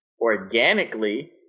organically